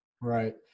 Right